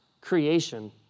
creation